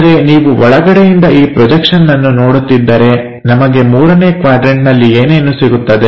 ಆದರೆ ನೀವು ಒಳಗಡೆಯಿಂದ ಈ ಪ್ರೊಜೆಕ್ಷನ್ ಅನ್ನು ನೋಡುತ್ತಿದ್ದರೆ ನಮಗೆ ಮೂರನೇ ಕ್ವಾಡ್ರನ್ಟನಲ್ಲಿ ಏನೇನು ಸಿಗುತ್ತದೆ